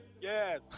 yes